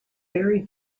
very